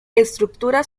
estructura